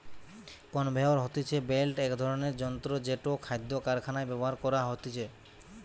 conveyor হতিছে belt এক ধরণের যন্ত্র জেটো খাদ্য কারখানায় ব্যবহার করতিছে